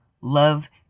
love